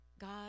God